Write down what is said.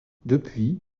depuis